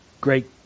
Great